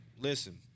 Listen